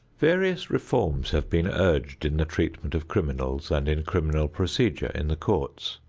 various reforms have been urged in the treatment of criminals and in criminal procedure in the courts.